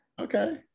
Okay